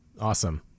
Awesome